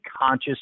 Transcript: conscious